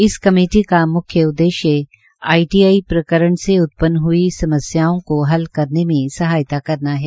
इस कमेटी का म्ख्य उद्देश्य आईटीआई प्रकरण से उत्पन्न हुई समस्याओं को हल करने में सहायता करना है